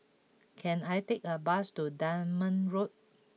can I take a bus to Dunman Road